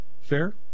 Fair